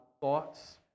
thoughts